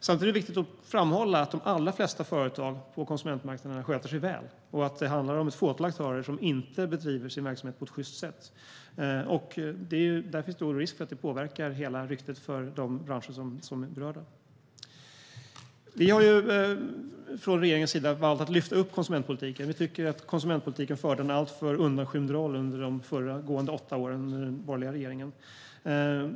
Samtidigt är det viktigt att framhålla att de allra flesta företag på konsumentmarknaderna sköter sig väl och att det handlar om ett fåtal aktörer som inte bedriver sin verksamhet på ett sjyst sätt. Det finns en risk att det påverkar ryktet för hela den bransch som är berörd. Vi har från regeringens sida valt att lyfta upp konsumentpolitiken. Vi tycker att konsumentpolitiken har haft en alltför undanskymd roll under de åtta åren med den föregående borgerliga regeringen.